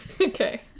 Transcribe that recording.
Okay